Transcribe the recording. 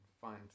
find